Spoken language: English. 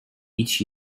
each